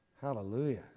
hallelujah